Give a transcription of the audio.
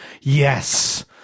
Yes